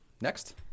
Next